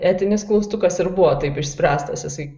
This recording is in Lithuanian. etinis klaustukas ir buvo taip išspręstas jisai